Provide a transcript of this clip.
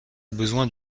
besoin